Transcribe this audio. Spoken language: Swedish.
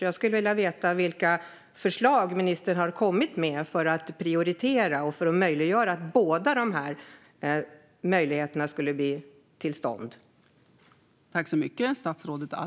Jag skulle vilja veta vilka förslag ministern har kommit med för att prioritera och göra så att båda möjligheterna kommer till stånd.